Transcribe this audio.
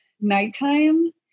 nighttime